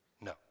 No